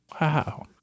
wow